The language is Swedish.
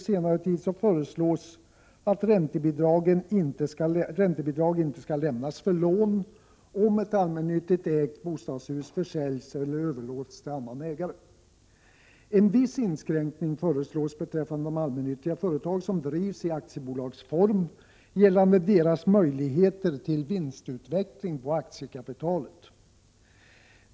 16 december 1987 Mot den här bakgrunden och med anledning av vissa fastighetsförsäljning En viss inskränkning föreslås beträffande de allmännyttiga företag som drivs i aktiebolagsform, gällande deras möjligheter till vinstutdelning på aktiekapitalet.